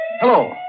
Hello